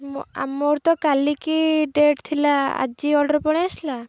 ମୋର ତ କାଲିକି ଡେଟ୍ ଥିଲା ଆଜି ଅର୍ଡର୍ ପଳେଇ ଆସିଲା